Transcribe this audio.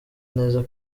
neza